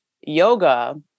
yoga